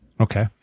Okay